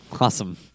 Awesome